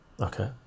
Okay